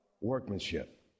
Workmanship